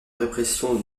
répression